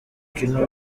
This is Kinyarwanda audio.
mukino